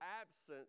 absence